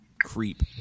creep